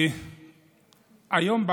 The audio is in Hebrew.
היום,